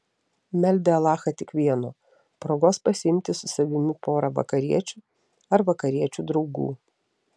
meldė alachą tik vieno progos pasiimti su savimi porą vakariečių ar vakariečių draugų